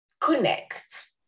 connect